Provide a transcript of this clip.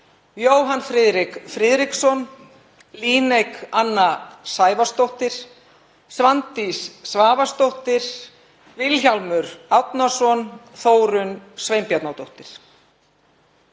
Jóhann Friðrik Friðriksson, Líneik Anna Sævarsdóttir, Svandís Svavarsdóttir, Vilhjálmur Árnason, Þórunn Sveinbjarnardóttir.